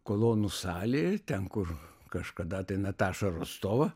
kolonų salėj ten kur kažkada tai nataša rostova